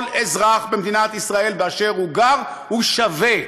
כל אזרח במדינת ישראל באשר הוא גר הוא שווה,